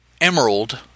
emerald